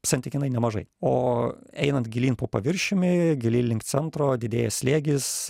santykinai nemažai o einant gilyn po paviršiumi giliai link centro didėja slėgis